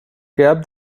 cap